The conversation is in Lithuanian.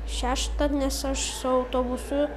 šeštą nes aš autobusu